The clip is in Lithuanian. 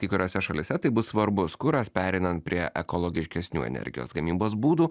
kai kuriose šalyse tai bus svarbus kuras pereinant prie ekologiškesnių energijos gamybos būdų